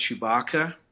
Chewbacca